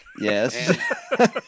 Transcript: Yes